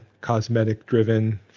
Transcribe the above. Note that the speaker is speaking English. cosmetic-driven